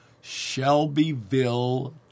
Shelbyville